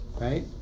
right